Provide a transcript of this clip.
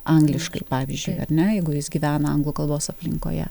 angliškai pavyzdžiui kad ar ne jeigu jis gyvena anglų kalbos aplinkoje